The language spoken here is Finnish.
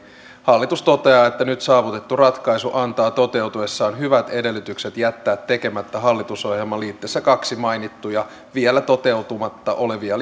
hallitus toteaa että nyt saavutettu ratkaisu antaa toteutuessaan hyvät edellytykset jättää tekemättä hallitusohjelman liitteessä kaksi mainittuja vielä toteuttamatta olevia